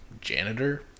janitor